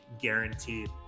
guaranteed